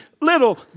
little